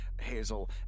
Hazel